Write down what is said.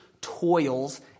toils